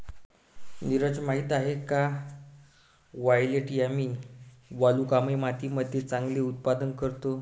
नीरज माहित आहे का वायलेट यामी वालुकामय मातीमध्ये चांगले उत्पादन करतो?